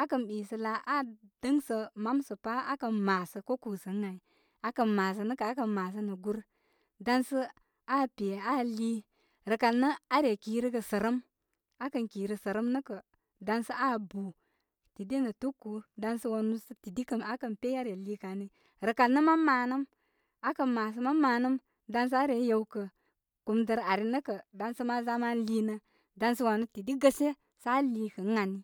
aa kə ɓisə laa. aa dəsə mam sə pa aa kən maasə koo kuusə ə ai. A'a kən maasə nə' kə', aa kən maasə nə gur. Dan sə, aa pe aa lii. Rəkal nə aa re kirəgə sərəm. Aabar kən kirə sərəm nə' kə', dan sə aa buu tidi nə' tukuu. Dan sə wanu sə tidi ba' aa pey aa re liikə ani. Rəkal nə mam maanəm. Aakar kən maasə mam maanəm, dan sə aa re yew kə kum dar ari nə kə' dan sə ma' za ma' lii nə. Dan sə wanu tidi gəshe sə aa lii kə' ən ani.